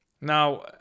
Now